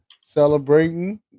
celebrating